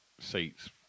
seats